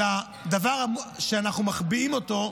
של הדבר שאנחנו מחביאים אותו,